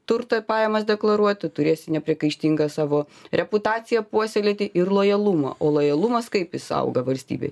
turtą pajamas deklaruoti turėsi nepriekaištingą savo reputaciją puoselėti ir lojalumą o lojalumas kaip jis auga valstybei